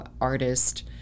artist